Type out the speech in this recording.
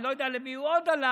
אני לא יודע למי הוא עוד הלך,